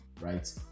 right